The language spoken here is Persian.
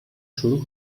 شروع